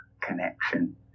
connection